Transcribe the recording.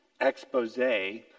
expose